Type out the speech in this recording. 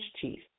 chief